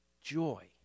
joy